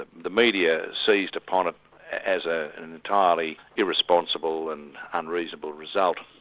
ah the media seized upon it as ah an entirely irresponsible and unreasonable result,